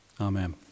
Amen